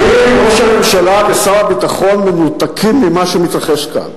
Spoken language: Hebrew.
האם ראש הממשלה ושר הביטחון מנותקים ממה שמתרחש כאן?